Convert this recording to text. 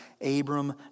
Abram